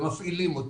ומפעילים אותו.